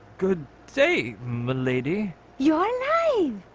good day m'lady you are naive